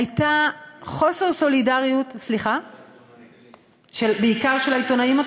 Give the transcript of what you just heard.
היה חוסר סולידריות, בעיקר של העיתונאים.